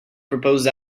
proposed